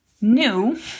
new